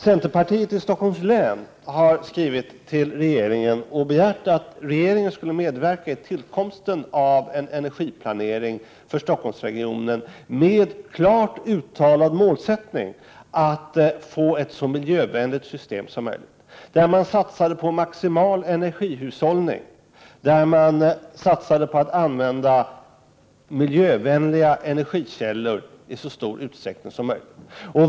Centerpartiet i Stockholms län har skrivit till regeringen och begärt att regeringen skall medverka vid tillkomsten av en energiplanering för Stockholmsregionen med klart uttalad målsättning att få ett så miljövänligt system som möjligt, där man satsar på maximal energihushållning och där man satsar på att få använda miljövänliga energikällor i så stor utsträckning som möjligt.